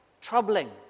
troubling